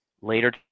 later